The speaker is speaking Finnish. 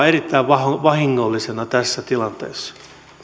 erittäin vahingollisena tässä tilanteessa